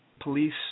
police